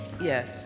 Yes